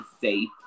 safe